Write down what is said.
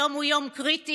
היום הוא יום קריטי,